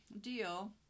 deal